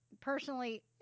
personally